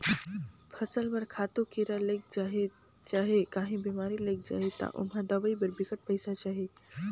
फसल बर खातू, कीरा लइग जाही चहे काहीं बेमारी लइग जाही ता ओम्हां दवई बर बिकट पइसा चाही